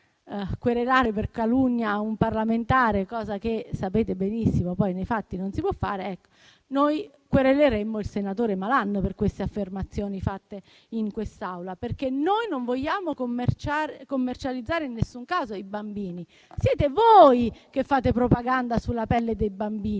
per calunnia un parlamentare, cosa che sapete benissimo nei fatti non si può fare, noi quereleremmo il senatore Malan per queste affermazioni fatte in quest'Aula. Noi non vogliamo commercializzare in nessun caso i bambini. Siete voi che fate propaganda sulla pelle dei bambini.